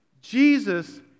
Jesus